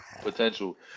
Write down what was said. potential